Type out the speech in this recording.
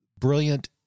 brilliant